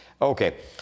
Okay